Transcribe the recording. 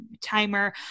timer